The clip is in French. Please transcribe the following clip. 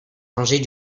rangée